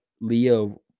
Leo